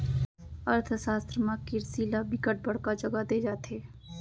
अर्थसास्त्र म किरसी ल बिकट बड़का जघा दे जाथे